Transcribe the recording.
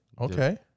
okay